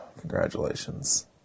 Congratulations